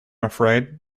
afraid